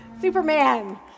Superman